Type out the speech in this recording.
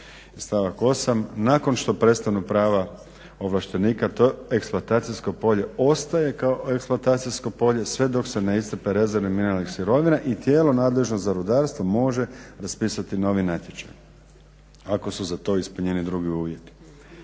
Stavak 8. – nakon što prestanu prava ovlaštenika to eksploatacijsko polje ostaje kao eksploatacijsko polje sve dok se ne iscrpe rezerve mineralnih sirovina i tijelo nadležno za rudarstvo može raspisati novi natječaj ako su za to ispunjeni drugi uvjeti.